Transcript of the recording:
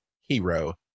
hero